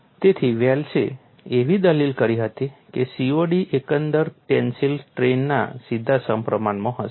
તેથી વેલ્સે એવી દલીલ કરી હતી કે COD એકંદર ટેન્સિલ સ્ટ્રેઇનના સીધા સમપ્રમાણમાં હશે